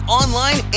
online